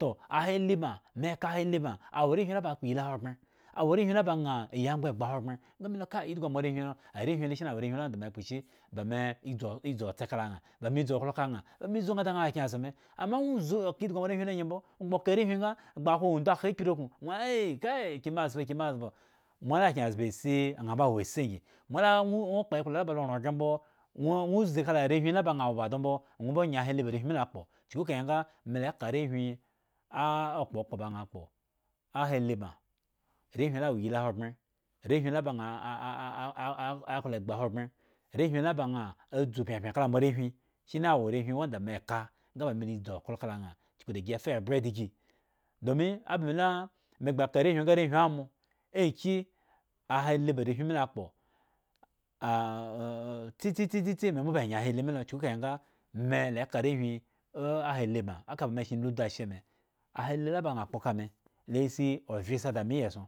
tohahahi baŋ me ka ahahi baŋ awo arehwin la baŋ akpo iyhi ahogbren, awo arehwin baŋha ayi agbon egba ahogbren nga melu mala idhgu amo arehwin he lo shiri awo arehwin la me kpo shi? Ba me dzu otse kala ŋha ba me dzu oklo kala ŋha, ba me zu ŋha da ŋha wo kyenzbo me ama ŋwo zuka idhgu arehwin helo angyi mbo, ŋwo gba ka arehwin nga gba akhwo wundu kha akpri aknu ŋwo ai kai kyenmezbo kyenmezbo, moala akyenzbo asi aŋha mbo wo asi angyi mola ŋwo kpo ekpla la balo ran ghre mbo ŋwo ŋwo zi kala arehwin laba ŋha wo ba do mbo ŋwo mbo ŋye ahahi aremilo akpo chuku kaha nga melaka arehwin okpokpo la ba ŋha kpo ahahi baŋ arehwin la wo iyli ahogbren, arehwin la ba aaaaa akpla egba hogbren arehwin la ba ŋha dzu pyapyan kala moarehwin shiri awo arehwin wanda meka nga ba me dzu oklo kala ŋha chuku da gi fa ebwe da gi domi abamelame ba arehwin nga arehwin amo aki ahahi ba areme lo akpo ahah tsitsitsi me mbo ba enye ahahi mi lo chuku kahe nga me la eka arehwin ahahi baŋ aka ba me shen ludu ashe me ahahi la ba ŋha kpo kame lo asi ovye si ada iyieson.